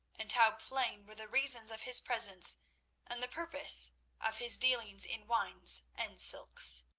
and how plain were the reasons of his presence and the purpose of his dealings in wines and silks.